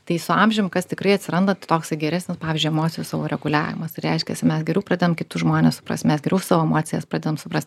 tai su amžium kas tikrai atsiranda tai toksai geresnis pavyzdžiui emocijų savo reguliavimas reiškiasi mes geriau pradedam kitus žmones suprast mes geriau savo emocijas pradedam suprast